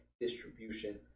distribution